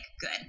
good